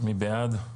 מי בעד?